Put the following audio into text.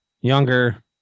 Younger